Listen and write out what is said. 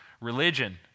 Religion